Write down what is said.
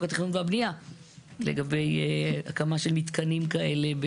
התכנון והבנייה לגבי הקמה של מתקנים כאלה.